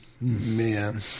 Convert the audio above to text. Man